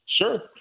Sure